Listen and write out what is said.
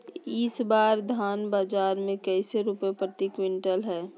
इस बार धान बाजार मे कैसे रुपए प्रति क्विंटल है?